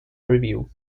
review